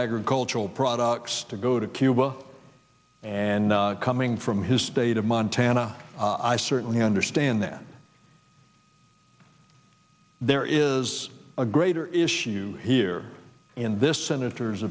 agricultural products to go to cuba and coming from his state of montana i certainly understand that there is greater issue here in this senator